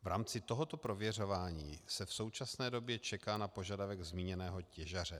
V rámci tohoto prověřování se v současné době čeká na požadavek zmíněného těžaře.